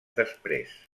després